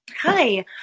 Hi